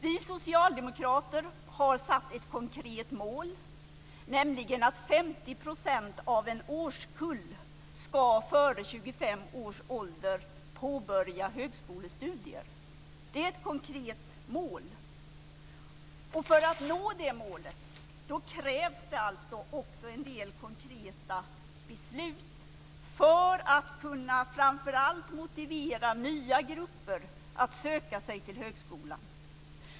Vi socialdemokrater har satt upp ett konkret mål, nämligen att 50 % av en årskull före 25 års ålder ska påbörja högskolestudier. Det är ett konkret mål. För att nå det målet krävs det alltså också en del konkreta beslut för att framför allt kunna motivera nya grupper att söka sig till högskolan.